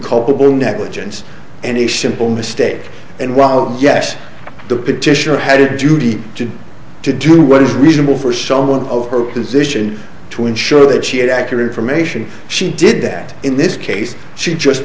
culpable negligence and a simple mistake and while yes the petitioner had a duty to to do what is reasonable for someone of her position to ensure that she had accurate information she did that in this case she just